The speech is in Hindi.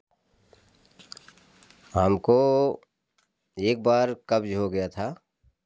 हमको एक बार कब्ज हो गया था